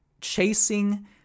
chasing